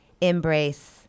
Embrace